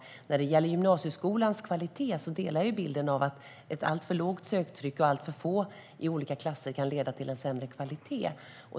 Jag instämmer i bilden av gymnasieskolans kvalitet, att ett alltför lågt söktryck och alltför få elever i olika klasser kan leda till en sämre kvalitet.